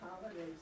holidays